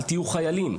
אל תהיו חיילים,